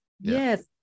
Yes